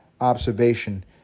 observation